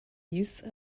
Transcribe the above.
use